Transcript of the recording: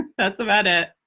that's about it.